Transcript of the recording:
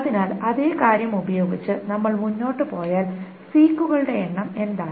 അതിനാൽ അതേ കാര്യം ഉപയോഗിച്ച് നമ്മൾ മുന്നോട്ട് പോയാൽ സീക്കുകളുടെ എണ്ണം എന്താണ്